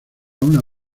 una